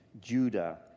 Judah